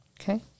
Okay